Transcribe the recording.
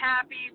happy